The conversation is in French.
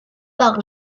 par